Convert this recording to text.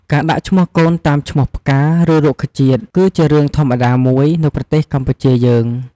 ការដាក់ឈ្មោះកូនតាមឈ្មោះផ្កា ឬរុក្ខជាតិ គឺជារឿងធម្មតាមួយនៅប្រទេសកម្ពុជាយើង។